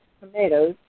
tomatoes